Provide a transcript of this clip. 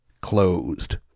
closed